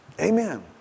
amen